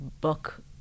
book